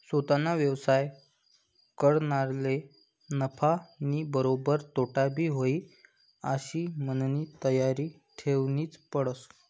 सोताना व्यवसाय करनारले नफानीबरोबर तोटाबी व्हयी आशी मननी तयारी ठेवनीच पडस